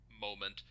moment